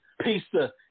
Pizza